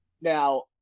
now